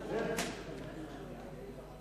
הצעת חוק השפה הרשמית של מדינת ישראל,